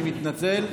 אני מתנצל.